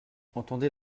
entendez